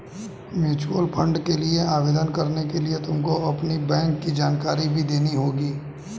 mutual fund के लिए आवेदन करने के लिए तुमको अपनी बैंक की जानकारी भी देनी होगी